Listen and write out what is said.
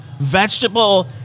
vegetable